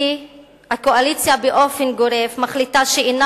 כי הקואליציה מחליטה באופן גורף שאינה